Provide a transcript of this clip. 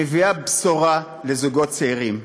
מביאה בשורה לזוגות צעירים.